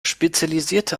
spezialisierte